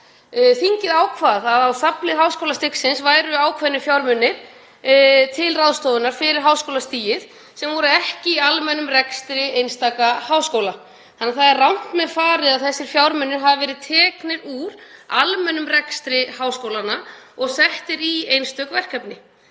Þingið ákvað að á safnlið háskólastigsins væru ákveðnir fjármunir til ráðstöfunar fyrir háskólastigið sem voru ekki í almennum rekstri einstakra háskóla. Það er því rangt með farið að þessir fjármunir hafi verið teknir úr almennum rekstri háskólanna og settir í einstök verkefni.